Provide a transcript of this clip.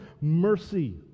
mercy